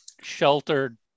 sheltered